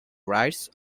rights